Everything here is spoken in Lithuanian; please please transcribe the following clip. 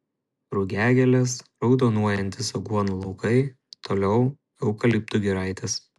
rugiagėlės raudonuojantys aguonų laukai toliau eukaliptų giraitės